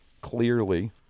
clearly